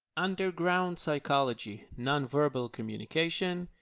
underground psychology. nonverbal communication.